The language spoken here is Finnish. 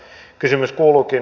kysymys kuuluukin